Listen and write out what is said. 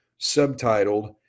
subtitled